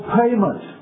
payment